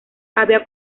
había